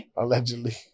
allegedly